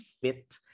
fit